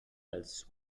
als